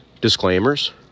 disclaimers